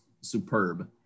superb